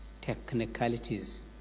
technicalities